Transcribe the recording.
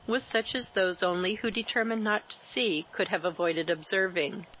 was such as those only who determined not to see could have avoided observing.